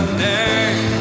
name